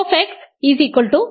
f 0